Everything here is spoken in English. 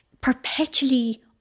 perpetually